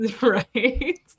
right